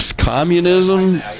Communism